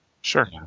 sure